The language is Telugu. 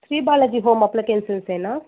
శ్రీ బాలాజీ హోమ్ అప్లయెన్సెస్యేనా